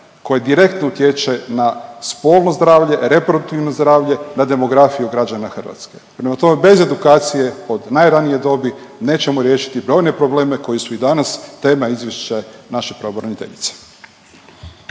koje direktno utječe na spolno zdravlje, reproduktivno zdravlje, na demografiju građana Hrvatske. Prema tome, bez edukacije od najranije dobi nećemo riješiti brojne probleme koji su i danas tema izvješća naše pravobraniteljice.